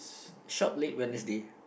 shop late Wednesday